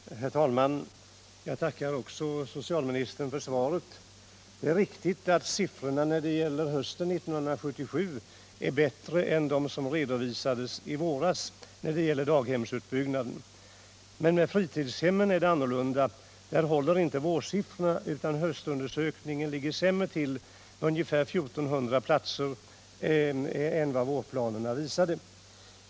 Herr talman! Också jag tackar socialministern för svaret. Det är riktigt att siffrorna för hösten 1977 är bättre än de som redovisades i våras när det gäller daghemsutbyggnaden. Men det är annorlunda när det gäller fritidshemmen. Där håller inte vårsiffrorna, utan höstundersökningen ligger sämre till, ungefär 1 400 platser lägre än vad vårplanerna visade.